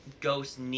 Ghost